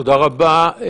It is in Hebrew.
תודה רבה.